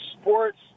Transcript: sports